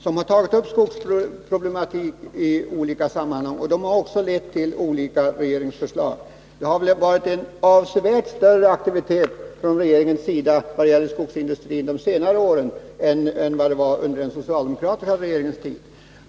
De har tagit upp skogsproblematiken i olika sammanhang och de har resulterat i olika regeringsförslag. Aktiviteten från regeringens sida har varit avsevärt större vad gäller skogsindustrin under senare år än under den socialdemokratiska regeringens tid.